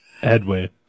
Headway